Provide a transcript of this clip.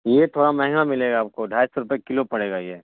یہ تھوڑا مہنگا ملے گا آپ کو ڈھائی سو روپے کلو پڑے گا یہ